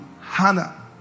Hannah